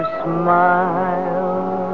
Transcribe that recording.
smile